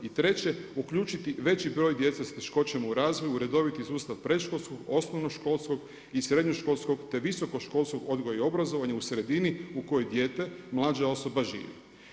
I treće, uključiti veći broj djece sa teškoćama u razvoju u redoviti sustav predškolskog, osnovnoškolskog i srednjoškolskog te visokoškolskog odgoja i obrazovanja u sredini u kojoj dijete, mlađa osoba živi.